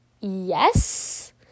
yes